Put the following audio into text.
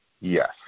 Yes